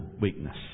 weakness